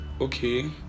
okay